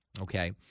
Okay